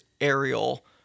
aerial